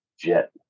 Jet